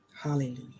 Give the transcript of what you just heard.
Hallelujah